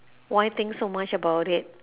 why think so much about it